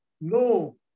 No